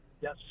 Yes